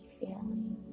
feeling